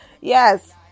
Yes